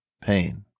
pain